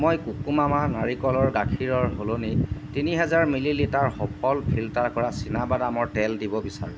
মই কোকোমামা নাৰিকলৰ গাখীৰৰ সলনি তিনি হাজাৰ মিলি লিটাৰ সফল ফিল্টাৰ কৰা চীনাবাদামৰৰ তেল দিব বিচাৰোঁ